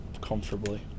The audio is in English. Comfortably